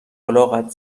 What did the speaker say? الاغت